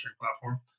platform